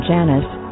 Janice